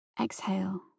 exhale